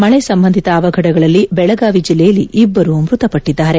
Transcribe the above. ಮಳೆ ಸಂಬಂಧಿತ ಅವಘಡಗಳಲ್ಲಿ ಬೆಳಗಾವಿ ಜಿಲ್ಲೆಯಲ್ಲಿ ಇಬ್ಬರು ಮೃತಪಟ್ಟಿದ್ದಾರೆ